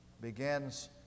begins